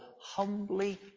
humbly